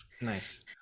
nice